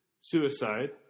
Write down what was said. suicide